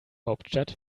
hauptstadt